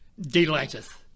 delighteth